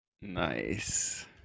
Nice